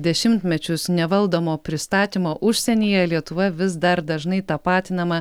dešimtmečius nevaldomo pristatymo užsienyje lietuva vis dar dažnai tapatinama